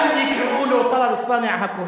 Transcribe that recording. גם אם יקראו לו טלב אלסאנע-הכהן,